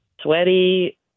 Sweaty